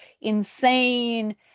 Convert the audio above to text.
insane